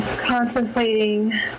Contemplating